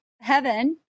heaven